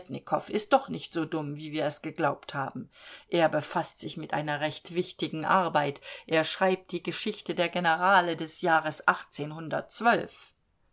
tjentjetnikow ist doch nicht so dumm wie wir es geglaubt haben er befaßt sich mit einer recht wichtigen arbeit er schreibt die geschichte der generale des jahres